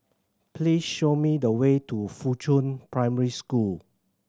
please show me the way to Fuchun Primary School